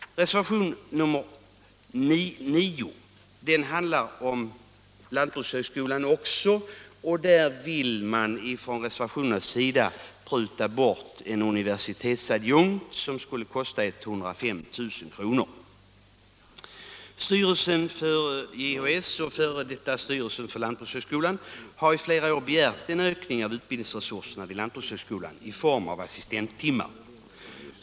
hetsområde Reservationen 9 handlar också om lantbrukshögskolan. Reservanterna vill pruta bort en tjänst som universitetsadjunkt, som skulle kosta 105 000 kr. Styrelsen för JHS — och före den styrelsen för lantbrukshögskolan — har i flera år begärt en ökning av utbildningsresurserna vid lantbrukshögskolan i form av assistenttimmar.